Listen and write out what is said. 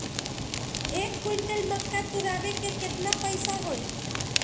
एक क्विंटल मक्का तुरावे के केतना पैसा होई?